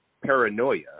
paranoia